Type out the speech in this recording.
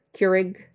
Keurig